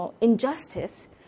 injustice